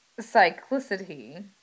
cyclicity